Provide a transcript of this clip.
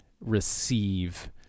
receive